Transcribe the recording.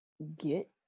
get